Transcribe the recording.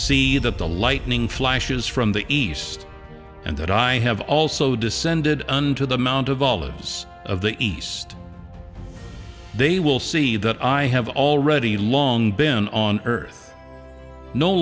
that the lightning flashes from the east and that i have also descended on to the mount of olives of the east they will see that i have already long been on earth no